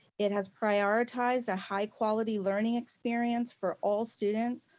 it has prioritized a high quality learning experience for all students,